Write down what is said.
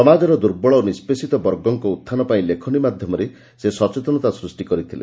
ସମାଜର ଦୁର୍ବଳ ଓ ନିଷ୍ବେଷିତ ବର୍ଗଙ୍ଙ ଉତ୍ଥାନ ପାଇଁ ଲେଖନୀ ମାଧ୍ଘମରେ ସଚେତନତା ସୃଷ୍ କରିଥିଲେ